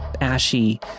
ashy